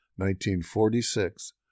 1946